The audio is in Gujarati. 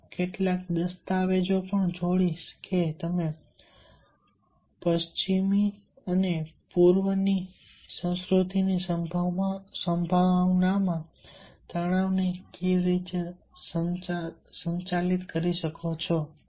હું કેટલાક દસ્તાવેજો પણ જોડીશ કે તમે પશ્ચિમ અને પૂર્વની સંભાવનામાં તણાવને કેવી રીતે સંચાલિત કરી શકો છો